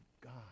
God